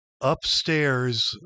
upstairs